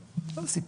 מה זה 30